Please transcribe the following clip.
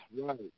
Right